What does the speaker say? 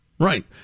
Right